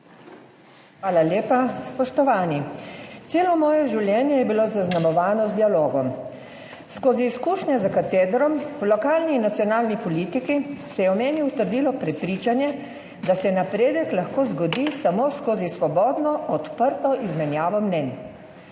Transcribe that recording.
Hvala lepa. Spoštovani! Celo moje življenje je bilo zaznamovano z dialogom. Skozi izkušnje za katedrom, v lokalni in nacionalni politiki, se je v meni utrdilo prepričanje, da se napredek lahko zgodi samo skozi svobodno, odprto izmenjavo mnenj.